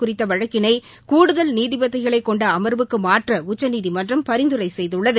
குறித்த வழக்கிளை கூடுதல் நீதிபதிகளைக் கொண்ட அமர்வுக்கு மாற்ற உச்சநீதிமன்றம் பரிந்துரை செய்துள்ளது